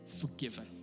forgiven